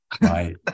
Right